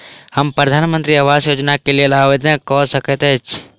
हम प्रधानमंत्री आवास योजना केँ लेल आवेदन कऽ सकैत छी?